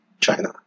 China